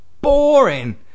boring